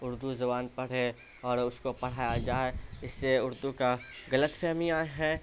اردو زبان پڑھیں اور اس کو پڑھایا جائے اس سے اردو کا غلط فہمیاں ہیں